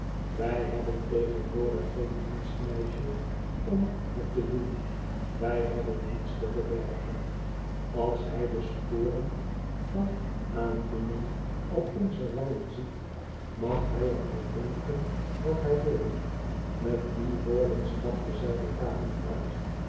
wij hebben tegenwoordig geen dienstmeisje om het te doen wij hebben niets te verbergen als hij de sporen van aandoening op onze wangen ziet mag hij er van denken wat hij wil met die woorden stapte zij de kamer uit